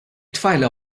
tfajla